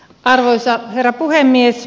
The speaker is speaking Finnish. arvoisa herra puhemies